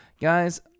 Guys